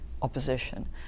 opposition